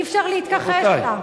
אי-אפשר להתכחש לה.